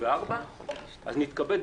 הדובר בחוץ, אז אני אתקן.